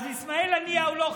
את איסמעיל הנייה הוא לא חיסל,